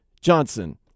Johnson